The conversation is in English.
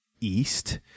east